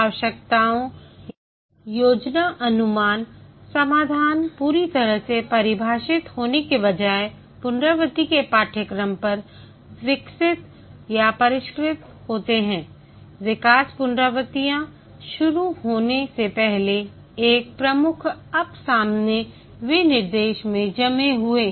आवश्यकताओं योजना अनुमान समाधान पूरी तरह से परिभाषित होने के बजाय पुनरावृत्ति के पाठ्यक्रम पर विकसित या परिष्कृत होते हैं विकास पुनरावृत्तियों शुरू होने से पहले एक प्रमुख अप सामने विनिर्देश में जमे हुए